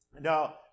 Now